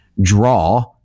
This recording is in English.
draw